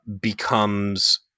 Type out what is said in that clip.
becomes